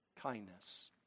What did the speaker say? kindness